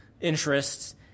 interests